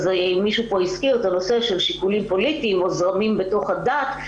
מישהו פה הזכיר את הנושא של שיקולים פוליטיים או זרמים בתוך הדת,